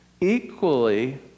Equally